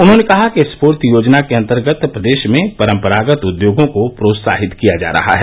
उन्होंने कहा कि स्फूर्ति योजना के अन्तर्गत प्रदेश में परम्परागत उद्योगों को प्रोत्साहित किया जा रहा है